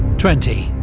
twenty.